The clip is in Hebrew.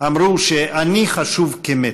אמרו שעני חשוב כמת.